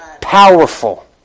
powerful